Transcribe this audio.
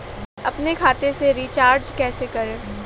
अपने खाते से रिचार्ज कैसे करें?